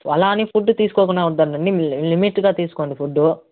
అలా అని ఫుడ్డు తీసుకోకుండా ఉండద్దండి లిమిట్గా తీసుకోండి ఫుడ్డు